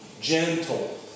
gentle